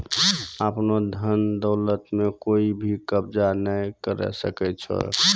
आपनो धन दौलत म कोइ भी कब्ज़ा नाय करै सकै छै